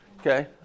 okay